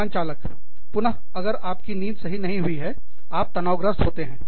विमान चालक पायलट पुन अगर आपकी नींद सही नहीं हुई है आप तनावग्रस्त होते हैं